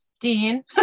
Dean